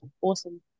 awesome